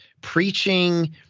preaching